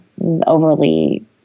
overly